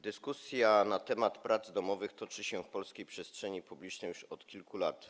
Dyskusja na temat prac domowych toczy się w polskiej przestrzeni publicznej już od kilku lat.